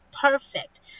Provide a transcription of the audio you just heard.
perfect